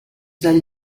del